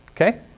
Okay